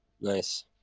Nice